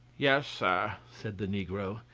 yes, sir, said the negro,